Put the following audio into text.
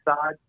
side